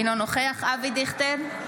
אינו נוכח אבי דיכטר,